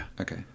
Okay